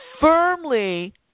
firmly